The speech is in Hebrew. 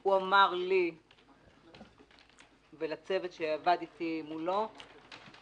הוא אמר לי ולצוות שעבד אתי מולו שהוא